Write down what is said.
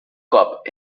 cop